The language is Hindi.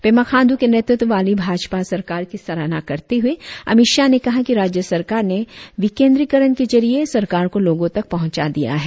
पेमा खांड्र के नेतृत्व वाली भाजपा सरकार की सराहना करते हुए अमित शाह ने कहा कि राज्य सरकार ने विकेन्द्रीकरण के जरिये सरकार को लोगो तक पहुंचा दिया है